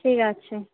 ঠিক আছে